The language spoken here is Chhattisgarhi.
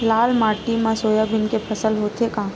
लाल माटी मा सोयाबीन के फसल होथे का?